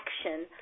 action